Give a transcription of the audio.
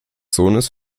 sohnes